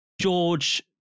George